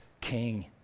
king